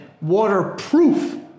waterproof